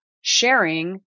sharing